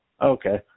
Okay